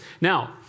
Now